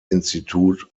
institut